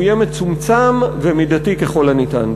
הוא יהיה מצומצם ומידתי ככל הניתן.